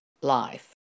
life